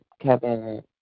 Kevin